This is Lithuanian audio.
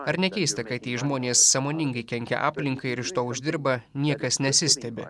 ar ne keista kad žmonės sąmoningai kenkia aplinkai ir iš to uždirba niekas nesistebi